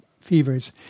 fevers